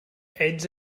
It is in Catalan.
ets